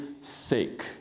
sake